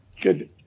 Good